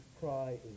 cry